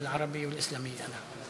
התשע"ו 2016, נתקבל.